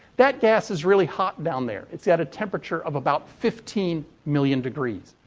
that gas is really hot down there. its got a temperature of about fifteen million degrees.